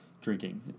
drinking